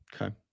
Okay